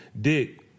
dick